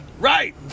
Right